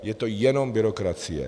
Je to jenom byrokracie.